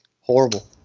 Horrible